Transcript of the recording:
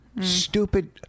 stupid